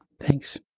Thanks